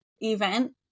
event